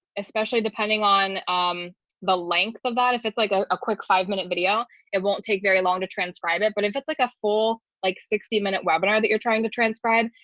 especially depending on um the length of that if it's like a a quick five minute video it won't take very long to transcribe it. but if it's like a full like sixty minute webinar that you're trying to transcribe,